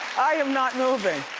i am not moving.